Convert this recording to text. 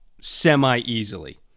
semi-easily